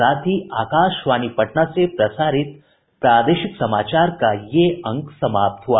इसके साथ ही आकाशवाणी पटना से प्रसारित प्रादेशिक समाचार का ये अंक समाप्त हुआ